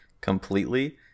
completely